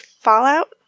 Fallout